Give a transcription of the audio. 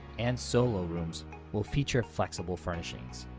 and solo rooms will feature flexible furnishings.